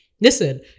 Listen